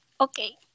okay